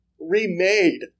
remade